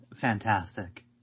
fantastic